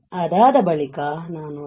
ಅದಾದ ಬಳಿಕ ನಾನು ಅದನ್ನು ಹೊರತೆಗೆಯುತ್ತೇನೆ